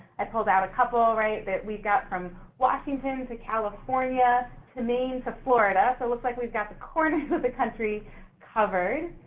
i pulled out a couple, right, that we got from washington to california to maine to florida so looks like we've got the corners of the country covered.